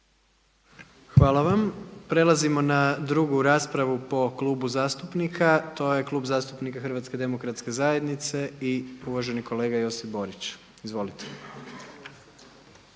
Hvala vam. Prelazimo na drugu raspravu po klubu zastupnika to je Klub zastupnika HDZ-a i uvaženi kolega Josip Borić. Izvolite.